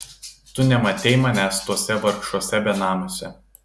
tu nematei manęs tuose vargšuose benamiuose